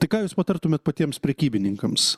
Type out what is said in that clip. tai ką jūs patartumėt patiems prekybininkams